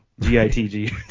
G-I-T-G